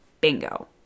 Bingo